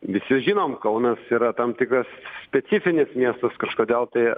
visi žinom kaunas yra tam tikras specifinis miestas kažkodėl tai